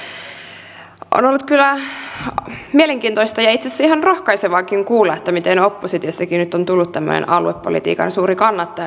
on ollut kyllä mielenkiintoista ja itse asiassa ihan rohkaisevaakin kuulla miten oppositiostakin on nyt tullut tämmöinen aluepolitiikan suuri kannattaja